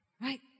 Right